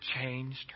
changed